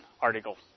article